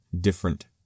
different